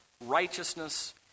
righteousness